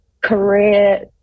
career